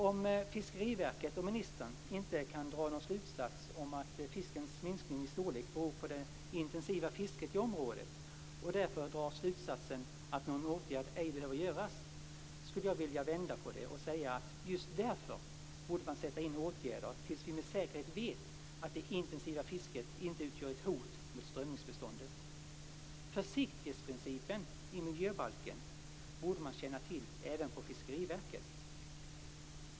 Om Fiskeriverket och ministern inte kan dra någon slutsats om att fiskens minskning i storlek beror på det intensiva fisket i området och därför drar slutsatsen att någon åtgärd ej behöver vidtas, skulle jag vill vända på det och säga att just därför borde man vidta åtgärder tills vi med säkerhet vet att det intensiva fisket inte utgör ett hot mot strömmingsbeståndet. Försiktighetsprincipen i miljöbalken borde man känna till även på Fiskeriverket.